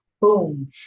boom